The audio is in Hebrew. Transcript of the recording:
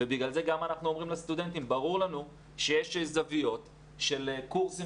ובגלל זה אנחנו גם אומרים לסטודנטים שברור לנו שיש זוויות של קורסים